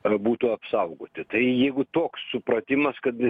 ar būtų apsaugoti tai jeigu toks supratimas kad